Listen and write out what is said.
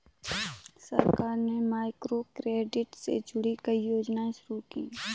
सरकार ने माइक्रोक्रेडिट से जुड़ी कई योजनाएं शुरू की